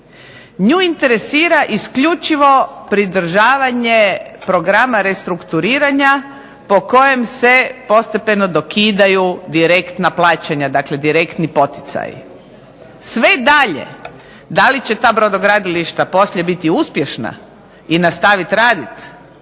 nju interesira isključivo pridržavanje programa restrukturiranja po kojem se postepeno dokidaju direktna plaćanja, dakle direktni poticaji. Sve dalje, da li će ta brodogradilišta biti uspješna i nastaviti raditi